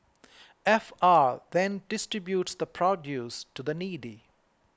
F R then distributes the produce to the needy